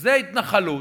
זו התנחלות,